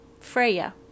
Freya